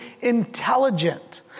intelligent